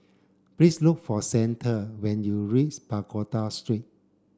please look for Zander when you reach Pagoda Street